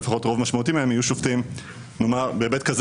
לפחות רוב משמעותי מהם יהיו שופטים נאמר בהיבט כזה